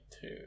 two